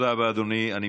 תודה רבה, אדוני.